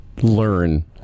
learn